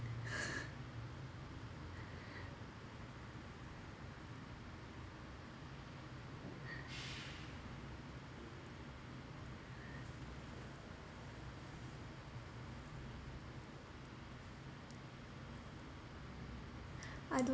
I don't